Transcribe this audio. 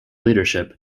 leadership